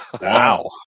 Wow